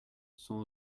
sont